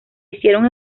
hicieron